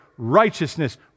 righteousness